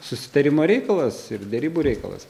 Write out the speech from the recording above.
susitarimo reikalas ir derybų reikalas